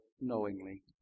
knowingly